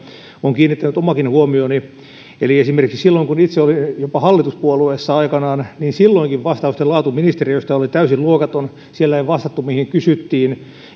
on kiinnittänyt omankin huomioni esimerkiksi silloinkin kun itse olin jopa hallituspuolueessa aikanaan ministeriöiden vastausten laatu oli täysin luokaton siellä ei vastattu siihen mitä kysyttiin